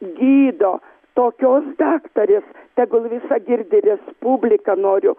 gydo tokios daktarės tegul visa girdi respublika noriu